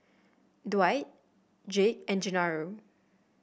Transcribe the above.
Dwight Jake and Genaro